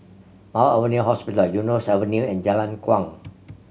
Mount Alvernia Hospital Eunos Avenue and Jalan Kuang